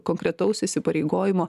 konkretaus įsipareigojimo